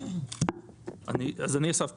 אני אסף פתיר,